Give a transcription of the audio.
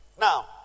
Now